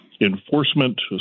enforcement